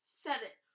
seven